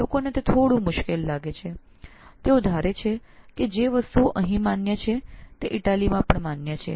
લોકોને તે થોડું મુશ્કેલ લાગે છે તેઓ એવું ધારે છે કે જે વસ્તુઓ અહીં માન્ય છે તે ઇટાલીમાં પણ માન્ય છે